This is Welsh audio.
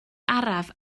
araf